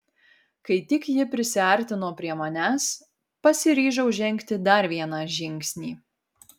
kai tik ji prisiartino prie manęs pasiryžau žengti dar vieną žingsnį